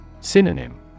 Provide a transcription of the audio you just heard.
Synonym